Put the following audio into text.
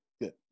good